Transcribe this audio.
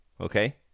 okay